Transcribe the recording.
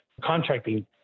contracting